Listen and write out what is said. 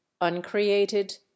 uncreated